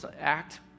act